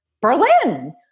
berlin